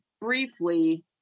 briefly